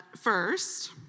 first